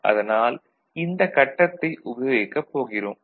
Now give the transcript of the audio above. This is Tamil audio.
அதனால் இந்தக் கட்டத்தை உபயோகிக்கப் போகிறோம்